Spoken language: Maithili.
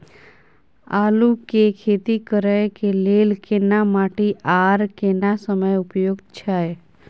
आलू के खेती करय के लेल केना माटी आर केना समय उपयुक्त छैय?